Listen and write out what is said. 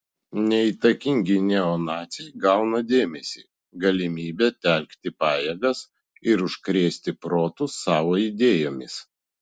neįtakingi neonaciai gauna dėmesį galimybę telkti pajėgas ir užkrėsti protus savo idėjomis